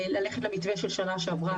למתווה של שנה שעבר,